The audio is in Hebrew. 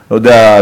לא יודע,